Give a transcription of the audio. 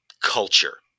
culture